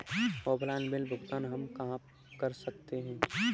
Offline bill भुगतान हम कहां कर सकते हैं?